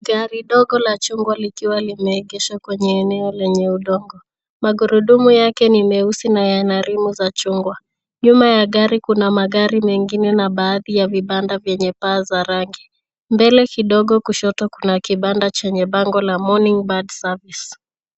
Gari dogo la chungwa likiwa limeekesha kwenye eneo lenye udongo. Magurudumu yake ni meusi na yana rimu za chungwa. Nyuma ya gari kuna magari mengine na baadhi ya vibanda vyenye paa za rangi. Mbele kidogo kushoto, kuna kibanda chenye bango la morning bad service .